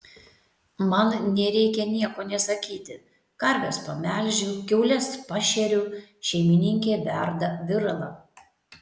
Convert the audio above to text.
man nereikia nieko nė sakyti karves pamelžiu kiaules pašeriu šeimininkė verda viralą